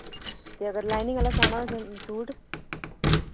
ते अगर लाइनिंग आह्ला सेआना होऐ सूट